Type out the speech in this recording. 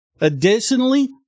Additionally